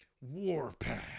Warpath